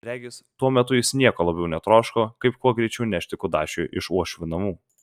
regis tuo metu jis nieko labiau netroško kaip kuo greičiau nešti kudašių iš uošvių namų